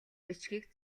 бичгийг